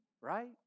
right